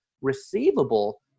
receivable